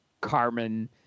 Carmen